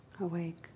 awake